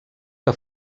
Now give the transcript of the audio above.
que